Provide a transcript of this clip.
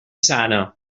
sana